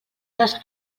les